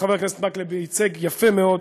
חבר הכנסת מקלב הציג יפה מאוד,